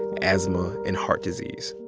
asthma and heart disease.